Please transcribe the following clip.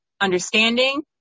Understanding